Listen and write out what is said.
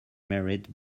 merit